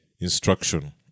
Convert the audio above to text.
instruction